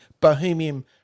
bohemian